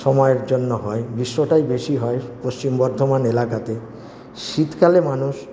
সময়ের জন্য হয় গ্রীষ্মটাই বেশি হয় পশ্চিম বর্ধমান এলাকাতে শীতকালে মানুষ